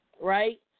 right